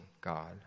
God